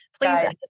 Please